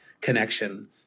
connection